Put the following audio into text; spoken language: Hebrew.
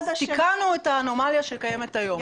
תיקנו את האנומליה שקיימת היום.